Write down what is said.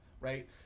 right